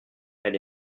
elle